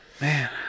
Man